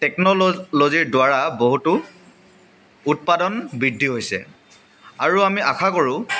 টেকনল ল'জিৰ দ্বাৰা বহুতো উৎপাদন বৃদ্ধি হৈছে আৰু আমি আশা কৰোঁ